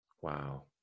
Wow